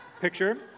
picture